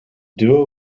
duo